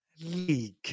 League